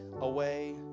away